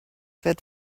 that